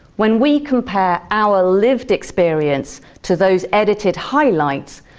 when we compare our lived experience to those edited highlights,